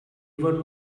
even